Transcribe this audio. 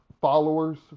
followers